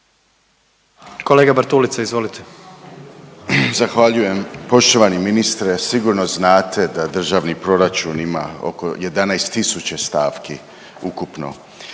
Stephen Nikola (DP)** Zahvaljujem. Poštovani ministre, sigurno znate da državni proračun ima oko 11.000 stavki ukupno,